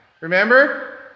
remember